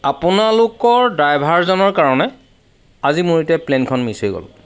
আপোনালোকৰ ড্ৰাইভাৰজনৰ কাৰণে আজি মোৰ এতিয়া প্লে'নখন মিছ হৈ গ'ল